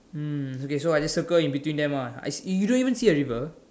mm okay so I just circle in between them ah I see eh you don't even see a river